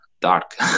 dark